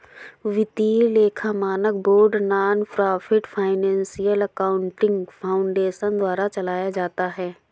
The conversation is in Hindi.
वित्तीय लेखा मानक board nonprofit financial accounting foundation द्वारा चलाया जाता है